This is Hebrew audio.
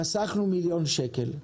חסכנו מיליון שקל.